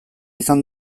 izan